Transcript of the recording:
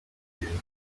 you